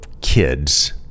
kids